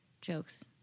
jokes